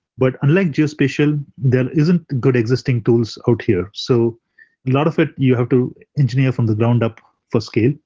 but unlike geospatial, there isn't good existing tools out here. a so lot of it, you have to engineer from the ground up for scale.